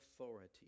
authority